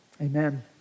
Amen